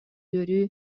үөрүү